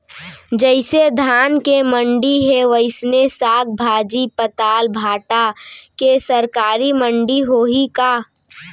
जइसे धान के मंडी हे, वइसने साग, भाजी, पताल, भाटा के सरकारी मंडी होही का?